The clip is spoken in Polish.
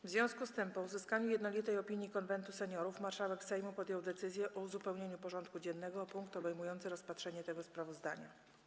W związku z tym, po uzyskaniu jednolitej opinii Konwentu Seniorów, marszałek Sejmu podjął decyzję o uzupełnieniu porządku dziennego o punkt obejmujący rozpatrzenie tego sprawozdania.